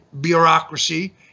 bureaucracy